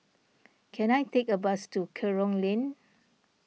can I take a bus to Kerong Lane